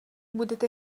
budete